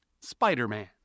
Spider-Man